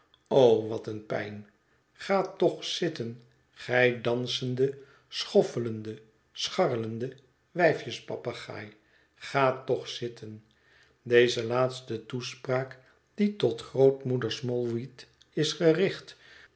o wat een pijn ga toch zitten gij dansende schoffelende scharrelende wijfjes papegaai ga toch zitten deze laatste toespraak die tot grootmoeder smallweed is gericht